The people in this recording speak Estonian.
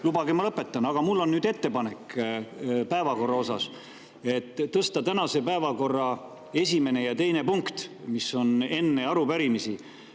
Lubage, ma lõpetan! Mul on ettepanek päevakorra kohta: tõsta tänase päevakorra esimene ja teine punkt, mis on enne arupärimisi,